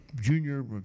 Junior